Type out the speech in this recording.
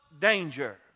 danger